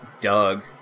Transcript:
Doug